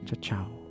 ciao